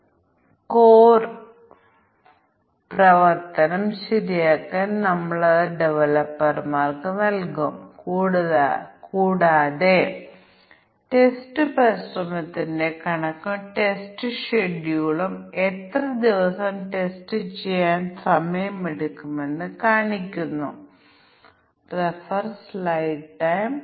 അതിനാൽ x y എന്നീ രണ്ട് അതിരുകളുണ്ടെന്ന് ഞങ്ങൾ ഇപ്പോൾ പ്രതിനിധീകരിച്ചു x ന് a നും b നും ഇടയിൽ അതിരിനും c നും d നും ഇടയിൽ അതിരുകളുണ്ട് അതിനാൽ നമുക്ക് 2n4 ആവശ്യമാണ് അത് 9 ടെസ്റ്റ് കേസുകളാണ് അതിനാൽ 4 8 പ്ലസ് 1 9